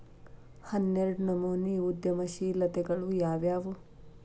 ಹನ್ನೆರ್ಡ್ನನಮ್ನಿ ಉದ್ಯಮಶೇಲತೆಗಳು ಯಾವ್ಯಾವು